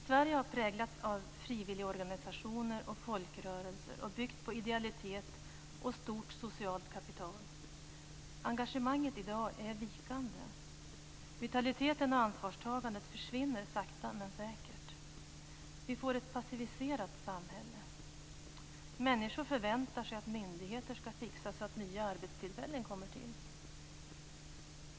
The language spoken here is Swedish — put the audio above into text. Sverige har präglats av frivilligorganisationer och folkrörelser och byggt på idealitet och ett stort socialt kapital. Engagemanget i dag är vikande. Vitaliteten och ansvarstagandet försvinner sakta men säkert. Vi får ett passiviserat samhälle. Människor förväntar sig att myndigheter skall fixa så att nya arbetstillfällen kommer till.